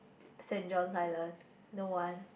Saint-John's Island no one